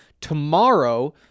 Tomorrow